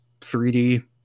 3D